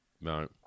No